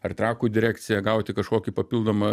ar trakų direkcija gauti kažkokį papildomą